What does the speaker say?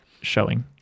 showing